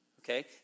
Okay